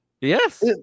Yes